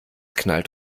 knallt